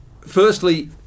Firstly